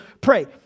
pray